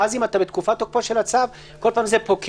ואז אם אתה בתקופת תוקפו של הצו כל פעם זה פוקע,